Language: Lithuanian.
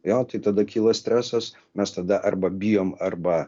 jo tai tada kyla stresas mes tada arba bijom arba